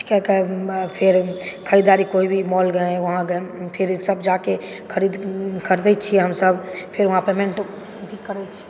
कए कऽ फेर एहि दुआरे कोई भी मॉल गए कही भी गए फिर सब जाकेंँ खरीदै छी हमसब फेर वहाँ पेमेन्ट करै छी